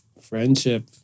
Friendship